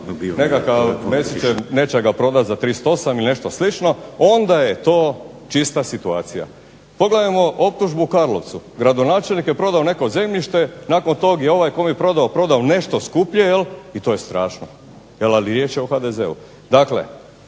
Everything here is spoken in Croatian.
nekakav Mesićev nećak ga proda za 38 ili nešto slično onda je to čista situacija. Pogledajmo optužbu u Karlovcu, gradonačelnik je prodao neko zemljište, nakon toga je ovaj kome je prodao, prodao nešto skuplje i to je strašno ... o HDZ-u.